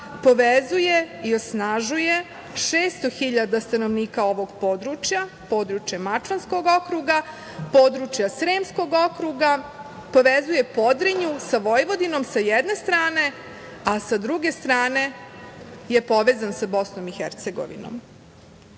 povezuje i osnažuje 600.000 stanovnika ovog područja, područja Mačvanskog okruga, područja Sremskog okruga, povezuje Podrinje sa Vojvodinom sa jedne strane, a sa druge strane je povezan sa BiH.Za ovo